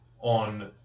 on